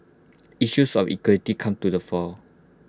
issues of equity come to the fore